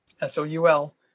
S-O-U-L